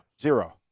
Zero